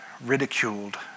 ridiculed